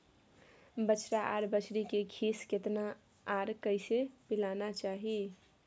बछरा आर बछरी के खीस केतना आर कैसे पिलाना चाही?